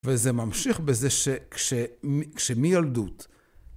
וזה ממשיך בזה שכשמילדות